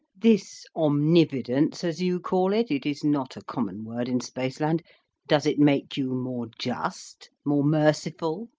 this omnividence, as you call it it is not a common word in space land does it make you more just, more merciful,